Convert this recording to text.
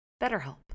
BetterHelp